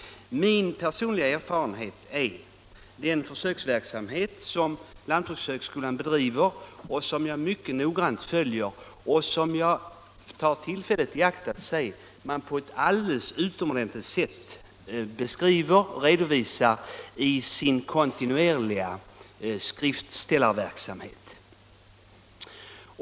Min personliga erfarenhet är att den försöksverksamhet som lantbrukshögskolan bedriver är mycket värdefull. Jag följer den noggrant, och jag tar tillfället i akt att säga att den på ett alldeles utomordentligt sätt redovisas i lantbrukshögskolans kontinuerliga publiceringsverksamhet.